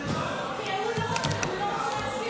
הוא לא מצביע.